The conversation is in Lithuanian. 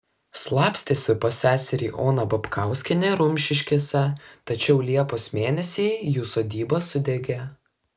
slapstėsi pas seserį oną babkauskienę rumšiškėse tačiau liepos mėnesį jų sodyba sudegė